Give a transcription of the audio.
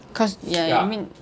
cause ya you mean